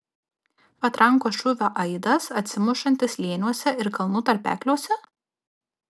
patrankos šūvio aidas atsimušantis slėniuose ir kalnų tarpekliuose